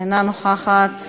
אינה נוכחת,